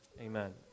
Amen